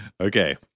Okay